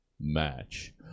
Match